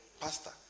pastor